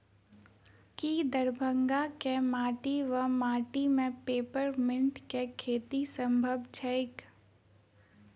की दरभंगाक माटि वा माटि मे पेपर मिंट केँ खेती सम्भव छैक?